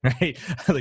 right